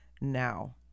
now